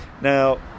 Now